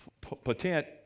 potent